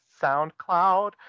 SoundCloud